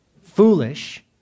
Foolish